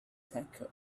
tacos